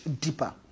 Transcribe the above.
deeper